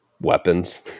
weapons